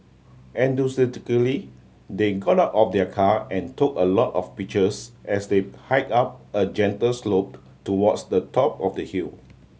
they got out of their car and took a lot of pictures as they hike up a gentle slope towards the top of the hill